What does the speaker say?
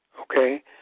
okay